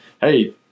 Hey